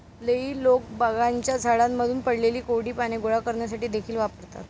हेई लोक बागांच्या झाडांमधून पडलेली कोरडी पाने गोळा करण्यासाठी देखील वापरतात